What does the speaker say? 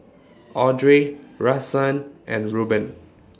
Audrey Rahsaan and Ruben